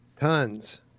tons